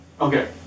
Okay